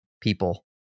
people